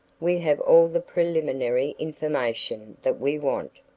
we have all the preliminary information that we want.